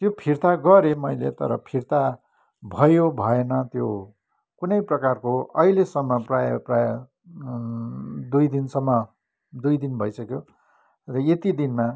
त्यो फिर्ता गरेँ मैले तर फिर्ता भयो भएन त्यो कुनै प्रकारको अहिलेसम्म प्रायः प्रायः दुई दिनसम्म दुई दिन भइसक्यो र यति दिनमा